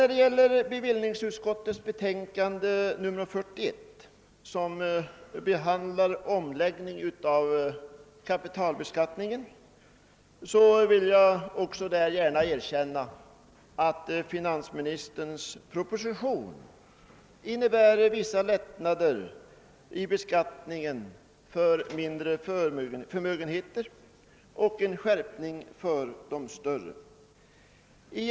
När det gäller bevillningsutskottets betänkande nr 41, som behandlar förslaget till omläggning av kapitalbeskattningen, vill jag gärna erkänna att finansministerns proposition innebär vissa lättnader i beskattningen av mindre förmögenheter och en skärpning i beskattningen av de större förmögenheerna.